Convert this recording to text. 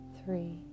three